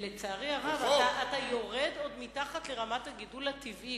לצערי הרב, אתה יורד עוד מתחת לרמת הגידול הטבעי.